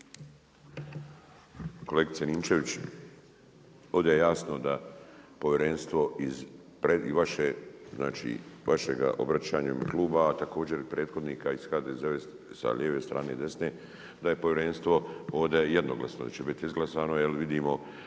Kolegice Ninčević, ovdje je jasno da povjerenstvo i vaše, vašim obraćanjem kluba a također i prethodnika iz HDZ-a sa lijeve strane i desne da je povjerenstvo ovdje jednoglasno da će biti izglasano jer vidimo